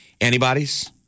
antibodies